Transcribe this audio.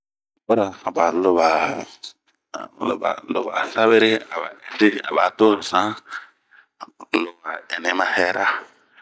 Bara hanba, hanba, lo ba sabere a ba ɛsi aba to zan ,lo wa ɛni ma hɛra.